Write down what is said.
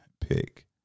pick